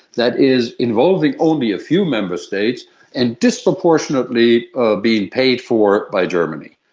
that is involving only a few member states and disproportionately ah being paid for by germany.